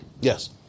Yes